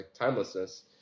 timelessness